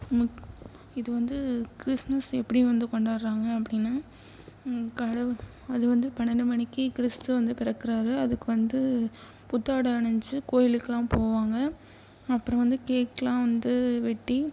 முக் இது வந்து கிறிஸ்மஸ் எப்படி வந்து கொண்டாடுறாங்க அப்படினா கடவு அது வந்து பன்னெண்டு மணிக்கு கிறிஸ்த்து வந்து பிறக்குறார் அதுக்கு வந்து புத்தாடை அணிஞ்சு கோயிலுக்குலாம் போவாங்க அப்புறம் வந்து கேக்லாம் வந்து வெட்டி